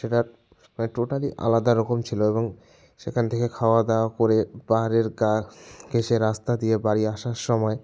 সেটা টোটালি আলাদা রকম ছিল এবং সেখান থেকে খাওয়াদাওয়া করে পাহাড়ের গা ঘেঁষে রাস্তা দিয়ে বাড়ি আসার সময়